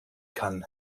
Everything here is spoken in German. kann